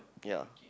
ya